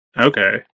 Okay